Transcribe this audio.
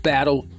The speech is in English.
Battle